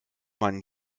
man